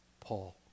Paul